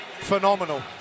phenomenal